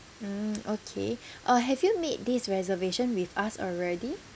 mm okay uh have you made this reservation with us already